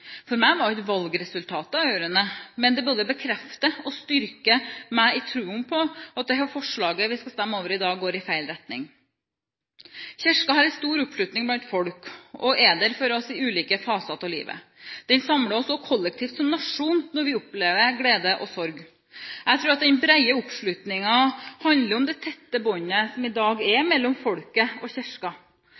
For meg var ikke valgresultatet avgjørende, men det både bekrefter og styrker meg i troen på at det forslaget vi skal stemme over i dag, går i feil retning. Kirken har en stor oppslutning blant folk og er der for oss i ulike faser i livet. Den samler oss også kollektivt som nasjon når vi opplever glede og sorg. Jeg tror at den brede oppslutningen handler om det tette båndet som i dag er mellom folket og